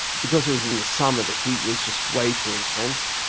because it was in the summer the heat was just way too intense.